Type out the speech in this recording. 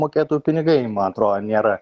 mokėtojų pinigai man atrodo nėra